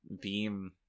beam